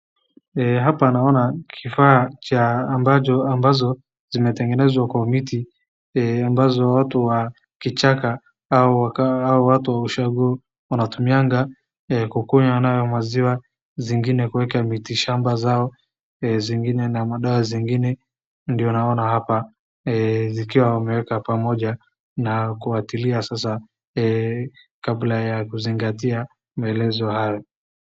Hapa naona kifaa ambacho kimetengenezwa kwa mti ambazo watu wa kichaka au watu wa ushago wanatumia kukunywa nayo maziwa zingine kuweka miti shamba zao na madawa zingine naona hapa zikiwa wameweka pamoja na kufuatilia kabla ya kuzingatia maelezo hayo .